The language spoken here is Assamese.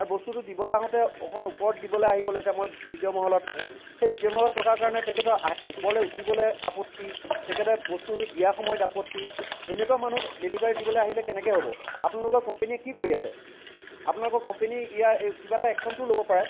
আৰু বস্তুটো দিবলৈ আহোঁতে অকণ ওপৰত দিবলৈ আহিব লাগিছিলে মই দ্বিতীয় মহলাত থাকো সেই দ্বিতীয় মহলাত থকা কাৰণে তেখেতৰ ওপৰলৈ উঠিবলৈ আপত্তি তেখেতে বস্তুটো দিয়া সময়ত আপত্তি এনেকুৱা মানুহ ডেলিভাৰী দিবলৈ আহিলে কেনেকৈ হ'ব আপোনলোকৰ কোম্পানীয়ে কি কৰি আছে আপোনালোকৰ কোম্পেনীয়ে ইয়া কিবা এটা এক্সনতো ল'ব পাৰে